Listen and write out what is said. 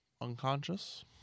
Unconscious